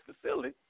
facility